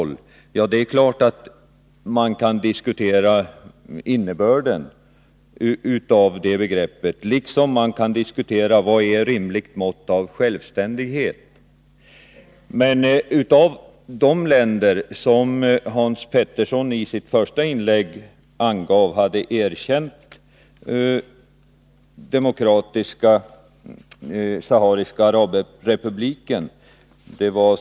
Det är klart att man kan diskutera innebörden av uttrycket ”en effektiv kontroll”, liksom man kan diskutera vad som är ett rimligt mått av självständighet. Hans Petersson i Hallstahammar angav i sitt första inlägg att sammanlagt över 54 stater har erkänt Demokratiska sahariska arabrepubliken.